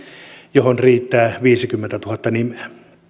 johon riittää viisikymmentätuhatta nimeä